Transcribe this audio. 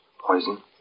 poison